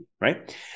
right